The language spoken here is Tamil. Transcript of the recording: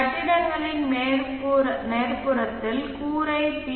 கட்டிடங்களின் மேற்புறத்தில் கூரை பி